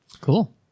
Cool